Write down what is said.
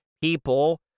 people